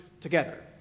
together